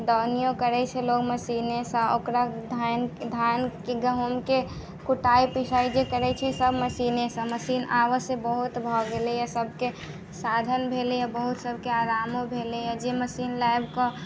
दउनिओ करैत छै लोक मशीनेसँ ओकरा धान धानके गहूँमके कुटाइ पिसाइ जे करैत छै सभ मशीनेसँ मशीन आवश्यक बहुत भऽ गेलैए सभके साधन भेलैए बहुत सभके आरामो भेलैए जे मशीन लाइब कऽ